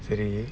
சரி:sari